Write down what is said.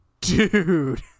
dude